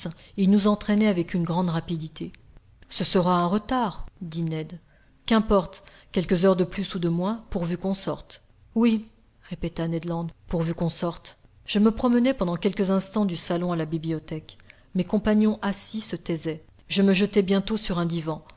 il nous entraînait avec une grande rapidité ce sera un retard dit ned qu'importe quelques heures de plus ou de moins pourvu qu'on sorte oui répéta ned land pourvu qu'on sorte je me promenai pendant quelques instants du salon à la bibliothèque mes compagnons assis se taisaient je me jetai bientôt sur un divan